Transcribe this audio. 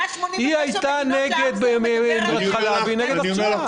היא הייתה נגד בהתחלה והיא נגד עכשיו.